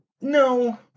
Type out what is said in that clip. no